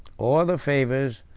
or the favors,